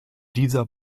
dieser